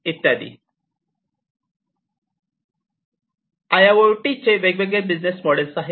तर I I O T वेगवेगळे business models आहे